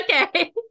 Okay